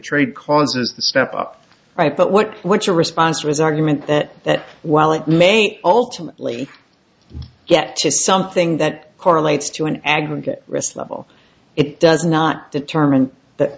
the step up right but what what's your response was argument that while it may ultimately get to something that correlates to an aggregate rest level it does not determine that